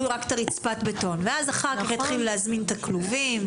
רק את רצפת הבטון ואז אחר כך יתחילו להזמין את הכלובים.